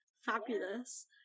fabulous